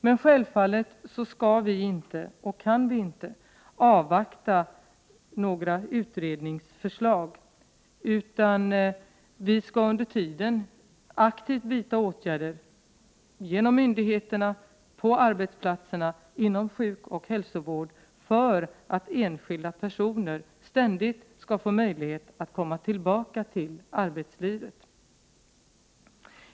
Men självfallet skall vi inte, och kan inte, avvakta några utredningsförslag, utan vi skall under tiden aktivt vidta åtgärder genom myndigheterna, på arbetsplatserna, inom sjukoch hälsovård för att enskilda människor ständigt skall ha möjlighet att komma tillbaka till arbetslivet.